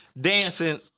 dancing